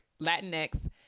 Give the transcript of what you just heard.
Latinx